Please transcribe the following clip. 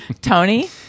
Tony